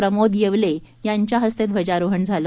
प्रमोद येवले यांच्या हस्ते ध्वजारोहण झालं